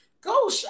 Go